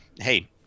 hey